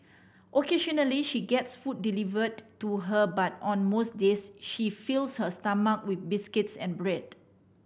occasionally she gets food delivered to her but on most days she fills her stomach with biscuits and bread